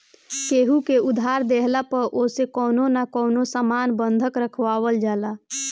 केहू के उधार देहला पअ ओसे कवनो न कवनो सामान बंधक रखवावल जाला